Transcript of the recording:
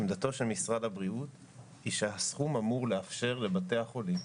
עמדתו של משרד הבריאות היא שהסכום אמור לאפשר לבתי החולים